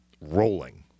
rolling